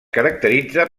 caracteritza